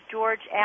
George